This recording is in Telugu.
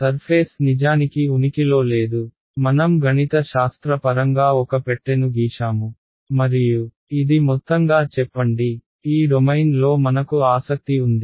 సర్ఫేస్ నిజానికి ఉనికిలో లేదు మనం గణిత శాస్త్ర పరంగా ఒక పెట్టెను గీశాము మరియు ఇది మొత్తంగా చెప్పండి ఈ డొమైన్లో మనకు ఆసక్తి ఉంది